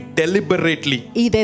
deliberately